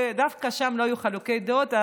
ודווקא שם לא היו חילוקי דעות.